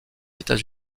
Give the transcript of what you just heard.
états